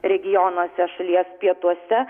regionuose šalies pietuose